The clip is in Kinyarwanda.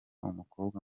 umukobwa